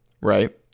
Right